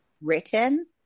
written